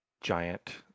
giant